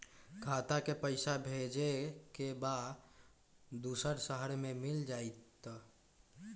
खाता के पईसा भेजेए के बा दुसर शहर में मिल जाए त?